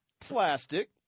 plastic